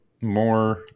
more